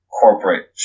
corporate